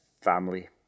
family